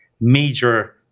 major